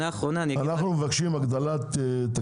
אנחנו מבקשים הגדלתו